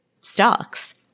stocks